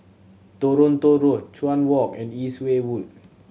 Toronto Road Chuan Walk and East Way Wood